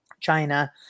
China